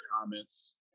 comments